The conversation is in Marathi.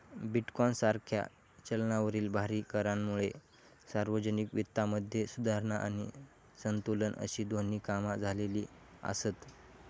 बिटकॉइन सारख्या चलनावरील भारी करांमुळे सार्वजनिक वित्तामध्ये सुधारणा आणि संतुलन अशी दोन्ही कामा झालेली आसत